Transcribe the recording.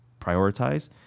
prioritize